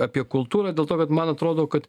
apie kultūrą dėl to kad man atrodo kad